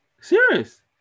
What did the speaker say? Serious